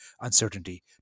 uncertainty